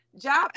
job